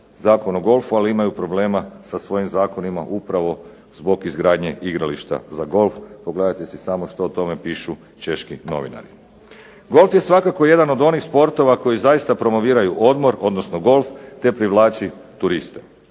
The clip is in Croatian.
ali imaju problema sa svojim zakonima upravo zbog izgradnje igrališta za golf. Pogledajte si samo što o tome pišu češki novinari. Golf je svakako jedan od onih sportova koji zaista promoviraju odmor, odnosno golf te privlači turiste.